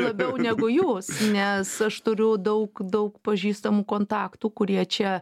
labiau negu jos nes aš turiu daug daug pažįstamų kontaktų kurie čia